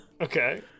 Okay